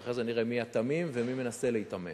ואחרי זה נראה מי התמים ומי מנסה להיתמם.